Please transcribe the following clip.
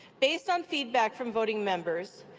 based on feedback from voting members,